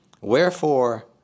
Wherefore